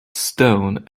stone